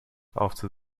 after